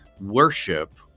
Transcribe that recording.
worship